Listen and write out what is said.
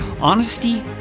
honesty